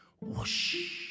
Whoosh